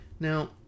Now